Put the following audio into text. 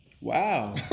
Wow